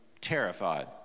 terrified